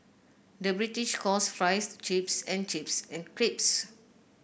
the British calls fries chips and chips and crisps